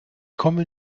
komme